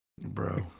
Bro